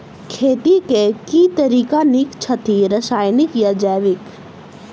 खेती केँ के तरीका नीक छथि, रासायनिक या जैविक?